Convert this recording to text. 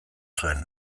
zuen